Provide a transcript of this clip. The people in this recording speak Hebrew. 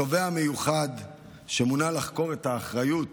התובע המיוחד שמונה לחקור את האחריות